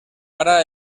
ara